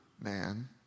man